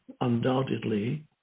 undoubtedly